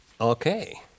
Okay